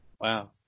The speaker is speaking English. Wow